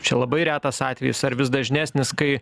čia labai retas atvejis ar vis dažnesnis kai